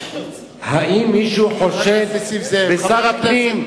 האם מישהו חושד בשר הפנים,